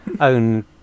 own